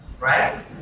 right